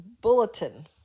bulletin